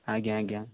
ଆଜ୍ଞା ଆଜ୍ଞା